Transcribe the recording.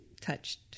Touched